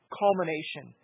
culmination